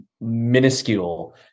minuscule